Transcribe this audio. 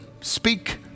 speak